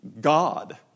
God